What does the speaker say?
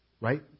right